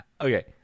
Okay